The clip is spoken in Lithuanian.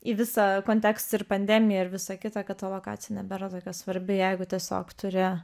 į visą kontekstą ir pandemiją ir visa kita kad lokacija nebėra tokia svarbi jeigu tiesiog turi